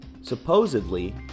Supposedly